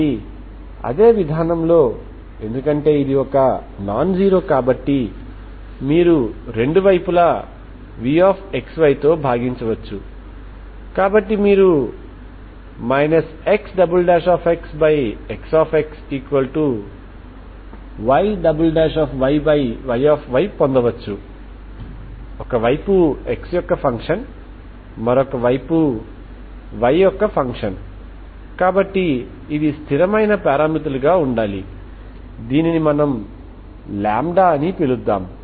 మళ్లీ అదే విధానంలో ఎందుకంటే ఇది ఒక నాన్ జీరో కాబట్టి మీరు రెండు వైపులాvxyతో భాగించవచ్చు కాబట్టి మీరు XxXYY పొందవచ్చు ఒక వైపు x యొక్క ఫంక్షన్ మరొక వైపు y ఫంక్షన్ కాబట్టి ఇది స్థిరమైన పారామితులుగా ఉండాలి దీనిని మనం అని పిలుద్దాం